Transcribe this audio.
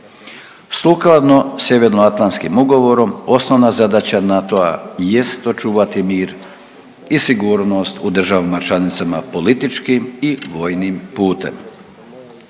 Sukladno Sjevernoatlantskim ugovorom osnova zadaća NATO-a jest očuvati mir i sigurnost u državama članicama političkim i vojnim putem.